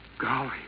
golly